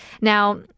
Now